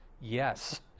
yes